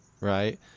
right